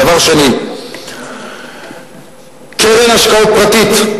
דבר שני: קרן השקעות פרטית.